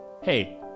Hey